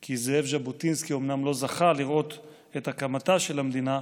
כי זאב ז'בוטינסקי אומנם לא זכה לראות את הקמתה של המדינה,